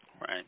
right